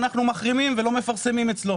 אנחנו מחרימים ולא מפרסמים אצלו?